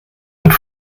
wird